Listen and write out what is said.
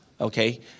Okay